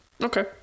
Okay